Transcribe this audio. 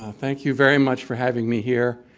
um thank you very much for having me here.